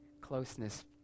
closeness